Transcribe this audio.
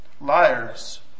Liars